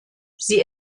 sie